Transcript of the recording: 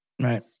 Right